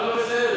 מה לא בסדר?